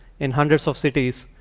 in hundreds of cities,